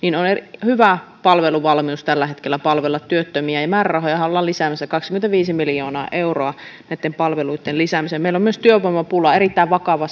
on hyvä palveluvalmius tällä hetkellä palvella työttömiä ja määrärahojahan ollaan lisäämässä kaksikymmentäviisi miljoonaa euroa näitten palveluitten lisäämiseen meillä on myös työvoimapula erittäin vakava